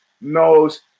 knows